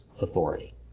authority